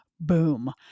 Boom